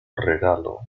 regalo